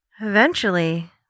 Eventually-